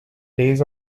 days